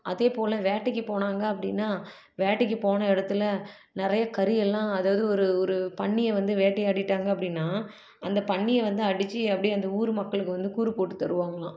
அதேபோல் வேட்டைக்கு போனாங்க அப்படின்னா வேட்டைக்கு போன இடத்துல நிறைய கறியெல்லாம் அதாவது ஒரு ஒரு பன்னியை வந்து வேட்டையாடிட்டாங்க அப்படின்னா அந்த பன்னியை வந்து அடித்து அப்படியே அந்த ஊர் மக்களுக்கு வந்து கூறு போட்டு தருவாங்கலாம்